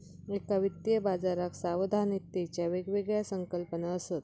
एका वित्तीय बाजाराक सावधानतेच्या वेगवेगळ्या संकल्पना असत